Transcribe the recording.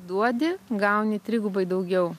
duodi gauni trigubai daugiau